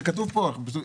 זה כתוב פה.